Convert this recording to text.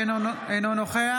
אינו נוכח